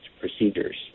procedures